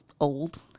old